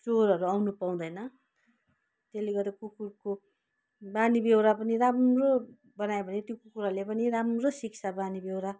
चोरहरू आउँनु पाउँदैन त्यसले गर्दा कुकुरको बानी बेहोरा पनि राम्रो बनायो भने त्यो कुकुरहरूले पनि राम्रो सिक्छ बानी बेहोरा